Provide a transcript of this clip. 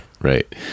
Right